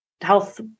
health